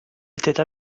étaient